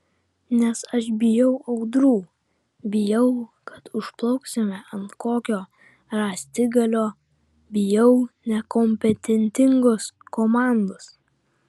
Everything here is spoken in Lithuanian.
nes aš bijau audrų bijau kad užplauksime ant kokio rąstigalio bijau nekompetentingos komandos